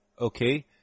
okay